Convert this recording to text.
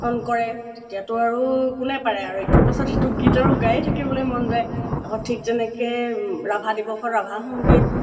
সমৰ্থন কৰে তেতিয়াতো আৰু কোনে পাৰে ইটোৰ পিছত সিটো গীত আৰু গায়েই থাকিবলৈ মন যায় আক' ঠিক তেনেকৈ ৰাভা দিৱসত ৰাভা সংগীত